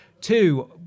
Two